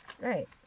Right